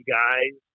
guys